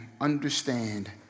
understand